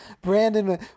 Brandon